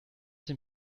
den